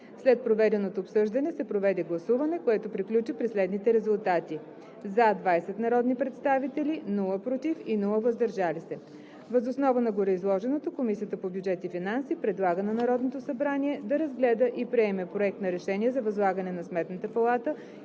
След проведеното обсъждане се проведе гласуване, което приключи при следните резултати: „за“ – 20 народни представители, без „против“ и „въздържал се“. Въз основа на гореизложеното Комисията по бюджет и финанси предлага на Народното събрание да разгледа и приеме Проект на решение за възлагане на Сметната палата